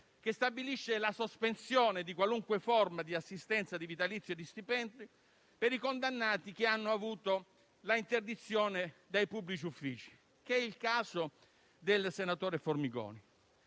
che stabilisce la sospensione di qualunque forma di assistenza, di vitalizio e di stipendio per i condannati che hanno avuto l'interdizione dai pubblici uffici: è il caso del senatore Formigoni.